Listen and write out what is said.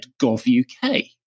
GovUK